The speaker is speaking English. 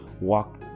walk